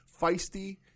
feisty